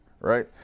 right